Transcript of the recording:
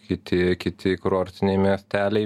kiti kiti kurortiniai miesteliai